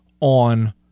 on